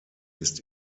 ist